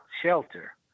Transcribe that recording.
shelter